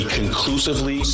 conclusively